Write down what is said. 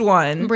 one